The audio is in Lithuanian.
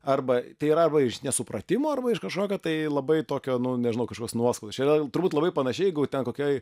arba tai yra arba iš nesupratimo arba iš kažkokio tai labai tokio nu nežinau kažkokios nuoskaudos čia yra turbūt labai panašiai jeigu ten kokioj